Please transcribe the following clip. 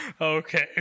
Okay